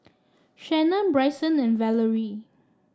Shanna Bryson and Valerie